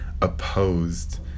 opposed